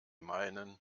meinen